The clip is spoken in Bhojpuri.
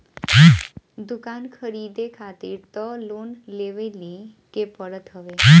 दुकान खरीदे खारित तअ लोन लेवही के पड़त हवे